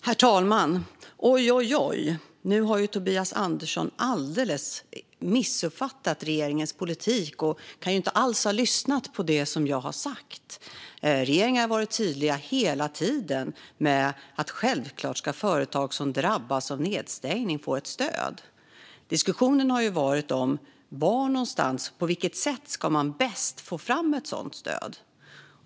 Herr talman! Oj oj oj, nu har Tobias Andersson alldeles missuppfattat regeringens politik. Han kan inte alls ha lyssnat på det som jag har sagt. Regeringen har hela tiden varit tydlig med att företag som drabbas av nedstängning självklart ska få ett stöd. Diskussionen har handlat om var och på vilket sätt man bäst ska få fram ett sådant stöd.